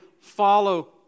follow